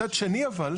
מצד שני אבל,